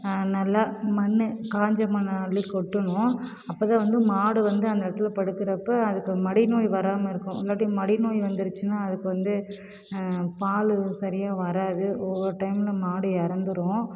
நல்லா மண் காய்ஞ்ச மண்ணை அள்ளி கொட்டணும் அப்போ தான் வந்து மாடு வந்து அந்த இடத்துல படுக்கிறப்ப அதுக்கு மடிநோய் வராமல் இருக்கும் இல்லாட்டி மடிநோய் வந்துருச்சுன்னா அதுக்கு வந்து பால் சரியாக வராது ஒவ்வொரு டைமில் மாடு இறந்துரும்